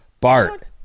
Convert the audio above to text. BART